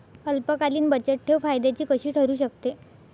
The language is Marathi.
अल्पकालीन बचतठेव फायद्याची कशी ठरु शकते?